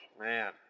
Man